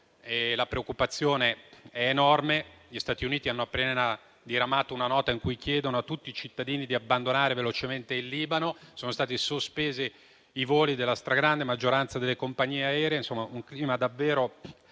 La preoccupazione è enorme: gli Stati Uniti hanno appena diramato una nota in cui chiedono a tutti i loro cittadini di abbandonare velocemente il Libano. Sono stati sospesi i voli della stragrande maggioranza delle compagnie aeree. Insomma il clima è davvero